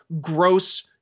gross